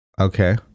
Okay